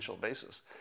basis